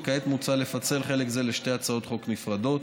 וכעת מוצע לפצל חלק זה לשתי הצעות חוק נפרדות: